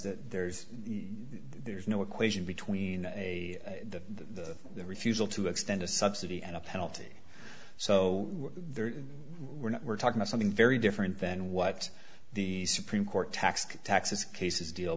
that there's there's no equation between a the refusal to extend a subsidy and a penalty so there were no we're talking of something very different than what the supreme court tax cut taxes cases deal